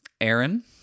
Aaron